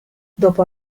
dopo